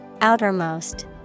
Outermost